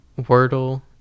Wordle